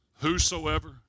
whosoever